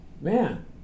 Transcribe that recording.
man